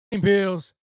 Bills